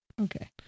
Okay